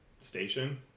station